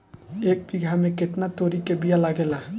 एक बिगहा में केतना तोरी के बिया लागेला?